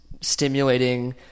stimulating